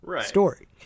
story